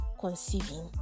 conceiving